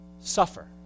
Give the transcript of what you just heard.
suffer